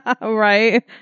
Right